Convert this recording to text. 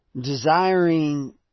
Desiring